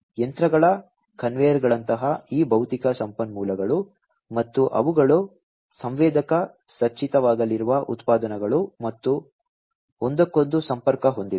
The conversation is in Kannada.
ಯಂತ್ರಗಳ ಕನ್ವೇಯರ್ಗಳಂತಹ ಈ ಭೌತಿಕ ಸಂಪನ್ಮೂಲಗಳು ಮತ್ತು ಅವುಗಳು ಸಂವೇದಕ ಸಜ್ಜಿತವಾಗಲಿರುವ ಉತ್ಪನ್ನಗಳು ಮತ್ತು ಒಂದಕ್ಕೊಂದು ಸಂಪರ್ಕ ಹೊಂದಿವೆ